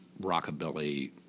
rockabilly